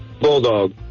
Bulldog